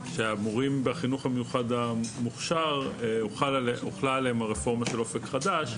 המורים בחינוך המיוחד המוכשר שהוחלה עליהם רפורמת אופק חדש.